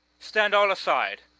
stand all aside,